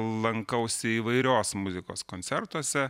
lankausi įvairios muzikos koncertuose